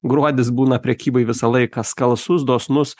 gruodis būna prekybai visą laiką skalsus dosnus